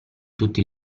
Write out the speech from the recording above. tutti